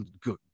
Good